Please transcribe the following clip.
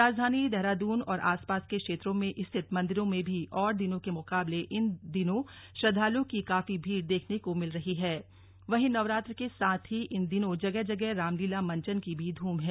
राजधानी देहरादून और आसपास के क्षेत्रों में स्थित मंदिरों में भी और दिनों के मुकाबले इन दिनों श्रद्वालुओं की काफी भीड़ देखने को मिल रही ळें वहीं नवरात्र के साथ ही इन दिनों जगह जगह रामलीला मंचन की भी ध्म है